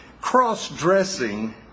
cross-dressing